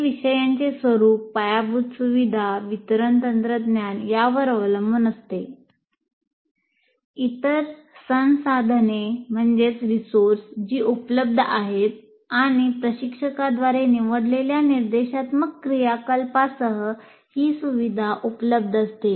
हे विषयाचे स्वरूप पायाभूत सुविधा वितरण तंत्रज्ञान यावर अवलंबून असते इतर संसाधने जी उपलब्ध आहेत आणि प्रशिक्षकाद्वारे निवडलेल्या निर्देशात्मक क्रियाकलापांसह ही सुविधा उपलब्ध असते